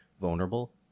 vulnerable